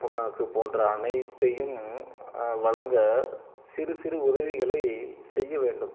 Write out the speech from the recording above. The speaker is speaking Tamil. புண்ணாக்கு போன்ற அனைத்தையும் வழங்க சிறு சிறு உதவிகளை செய்ய வேண்டும்